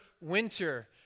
winter